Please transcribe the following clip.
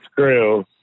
screw